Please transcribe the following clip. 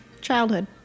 Childhood